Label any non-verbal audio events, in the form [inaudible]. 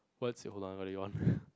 what's your [laughs]